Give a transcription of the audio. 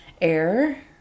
air